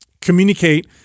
communicate